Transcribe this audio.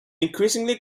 increasingly